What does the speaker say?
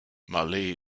malé